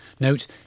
Note